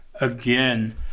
again